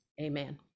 amen